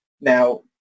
Now